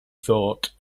thought